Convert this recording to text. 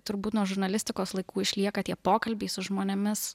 turbūt nuo žurnalistikos laikų išlieka tie pokalbiai su žmonėmis